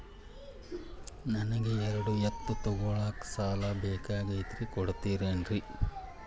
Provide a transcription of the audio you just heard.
ನನಗ ಎರಡು ಎತ್ತು ತಗೋಳಾಕ್ ಸಾಲಾ ಬೇಕಾಗೈತ್ರಿ ಕೊಡ್ತಿರೇನ್ರಿ?